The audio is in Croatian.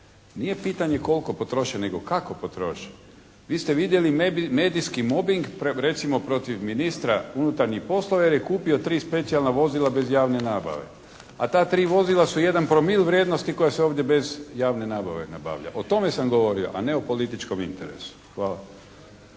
Nije pitanje koliko potroše nego kako potroše. Vi ste vidjeli medijski mobing recimo protiv ministra unutarnjih poslova jer je kupio tri specijalna vozila bez javne nabave. A ta tri vozila su jedan promil vrijednosti koja se ovdje bez javne nabave nabavlja. O tome sam govorio a ne o političkom interesu. Hvala.